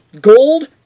Gold